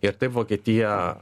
ir taip vokietija